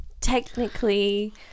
technically